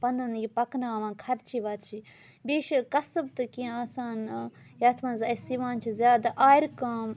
پَنُن یہِ پَکناوان خرچہِ وَرچہِ بیٚیہِ چھِ کَسٕب تہٕ کیٚنٛہہ آسان ٲں یَتھ منٛز اسہِ یِوان چھِ زیادٕ آرِ کٲم